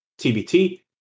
TBT